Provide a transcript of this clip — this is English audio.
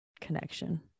connection